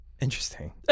Interesting